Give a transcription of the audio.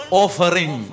offering